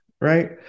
right